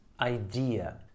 idea